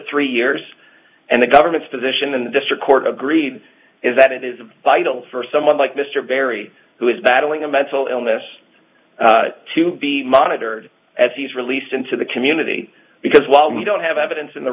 three years and the government's position in the district court agreed is that it is vital for someone like mr barry who is battling a mental illness to be monitored as he's released into the community because while we don't have evidence in the